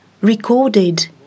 recorded